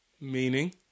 Meaning